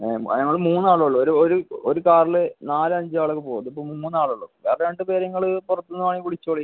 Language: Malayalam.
ഏ ഞങ്ങൾ മൂന്ന് ആളേ ഉള്ളൂ ഒരു ഒരു ഒരു കാറിൽ നാലഞ്ച് ആളൊക്കെ പോവും ഇതിപ്പോൾ മൂന്ന് ആളേ ഉള്ളൂ വേറെ രണ്ട് പേരെ നിങ്ങൾ പുറത്തുനിന്ന് വേണേൽ വിളിച്ചോളൂ